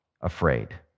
afraid